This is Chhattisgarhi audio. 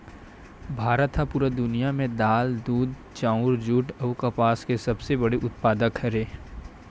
भारत हा पूरा दुनिया में दाल, दूध, चाउर, जुट अउ कपास के सबसे बड़े उत्पादक हरे